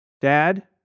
Dad